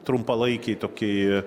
trumpalaikiai tokie